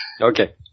Okay